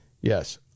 yes